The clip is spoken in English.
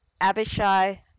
Abishai